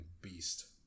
beast